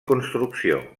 construcció